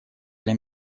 для